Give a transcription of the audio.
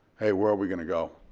hey, where we gonna go?